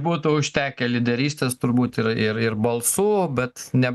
būtų užtekę lyderystės turbūt ir ir ir balsų bet ne